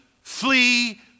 flee